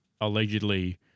allegedly